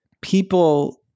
people